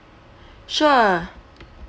sure